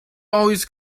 always